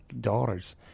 daughters